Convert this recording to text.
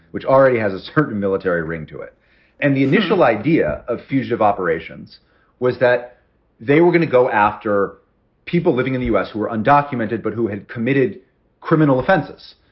which already has a certain military ring to it and the initial idea of fugitive operations was that they were going to go after people living in the us who were undocumented but who had committed criminal offenses.